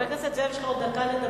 חבר הכנסת זאב, יש לך עוד דקה לדבר.